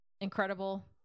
incredible